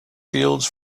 fields